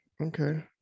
okay